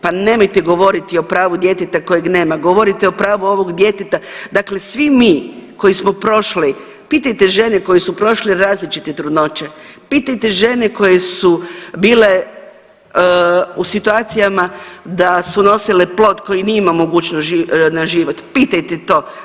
Pa nemojte govoriti o pravu djeteta kojeg nema, govorite o pravu ovog djeteta, dakle svi mi koji smo prošli, pitajte žene koje su prošle različite trudnoće, pitajte žene koje su bile u situacijama da su nosile plod koji nije imamo mogućnost na život, pitajte to.